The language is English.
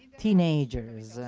teenagers.